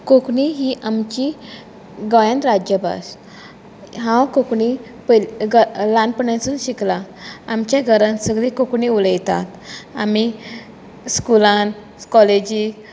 कोंकणी ही आमची गोंयान राज्यभास हांव कोंकणी पयले ल्हानपणासून शिकलां आमच्या घरान सगलीं कोंकणी उलयता आमी स्कुलान कॉलेजीक